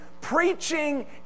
preaching